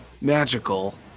magical